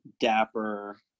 dapper